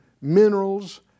minerals